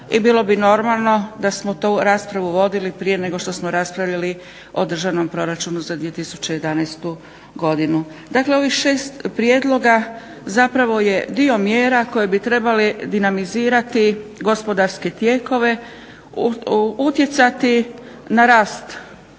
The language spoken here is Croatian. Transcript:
i bilo bi normalno da smo tu raspravu vodili prije nego što smo raspravljali o Državnom proračunu za 2011. godinu. Dakle, ovih šest prijedloga zapravo je dio mjera koje bi trebale dinamizirati gospodarske tijekove, utjecati na